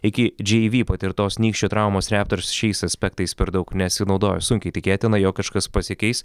iki džei vy patirtos nykščio traumos raptors šiais aspektais per daug nesinaudojo sunkiai tikėtina jog kažkas pasikeis